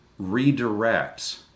redirects